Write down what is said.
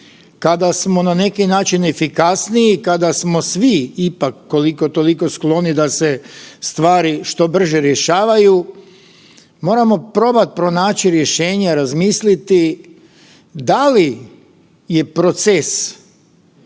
kada smo na neki način efikasniji, kada smo svi ipak koliko toliko skloni da se stvari što brže rješavaju, moramo probat pronaći rješenje, razmisliti da li je proces